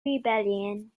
rebellion